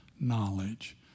knowledge